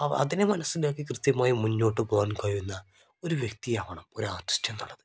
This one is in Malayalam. അപ്പം അതിനെ മനസ്സിലാക്കി കൃത്യമായി മുന്നോട്ട് പോകാൻ കഴിയുന്ന ഒരു വ്യക്തിയാവണം ഒരു ആർട്ടിസ്റ്റ് എന്നുള്ളത്